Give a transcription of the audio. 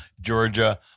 Georgia